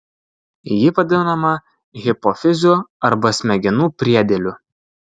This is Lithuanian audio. ji vadinama hipofiziu arba smegenų priedėliu